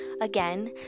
again